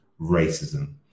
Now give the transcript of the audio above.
racism